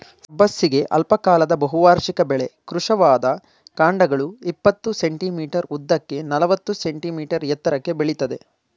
ಸಬ್ಬಸಿಗೆ ಅಲ್ಪಕಾಲದ ಬಹುವಾರ್ಷಿಕ ಬೆಳೆ ಕೃಶವಾದ ಕಾಂಡಗಳು ಇಪ್ಪತ್ತು ಸೆ.ಮೀ ಉದ್ದಕ್ಕೆ ನಲವತ್ತು ಸೆ.ಮೀ ಎತ್ತರಕ್ಕೆ ಬೆಳಿತದೆ